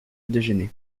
déjeuner